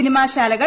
സിനിമാശാലകൾ